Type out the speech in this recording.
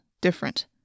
different